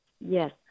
Yes